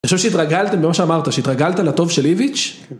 אני חושב שהתרגלת, כמו שאמרת, שהתרגלת לטוב של איוויץ'.